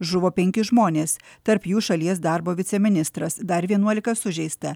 žuvo penki žmonės tarp jų šalies darbo viceministras dar vienuolika sužeista